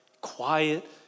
quiet